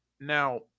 Now